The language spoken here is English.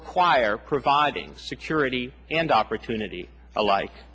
require providing security and opportunity alike